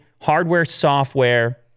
hardware-software